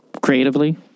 creatively